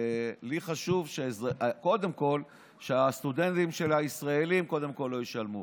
לי חשוב קודם כול שהסטודנטים הישראלים לא ישלמו.